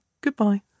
Goodbye